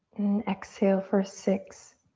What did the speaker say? and exhale for six,